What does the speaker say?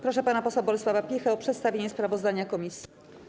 Proszę pana posła Bolesława Piechę o przedstawienie sprawozdania komisji.